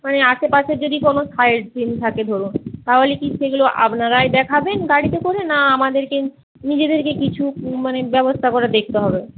মানে আশেপাশে যদি কোনো সাইটসিইং যদি থাকে ধরুন তাহলে কি সেগুলো আপনারাই দেখাবেন গাড়িতে করে না আমাদেরকেই নিজেদেরকেই কিছু মানে ব্যবস্থা করে দেখতে হবে